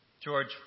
George